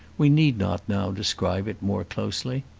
we need not now describe it more closely.